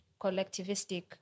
collectivistic